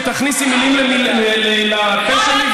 ותכניסי מילים לפה שלי,